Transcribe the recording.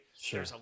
Sure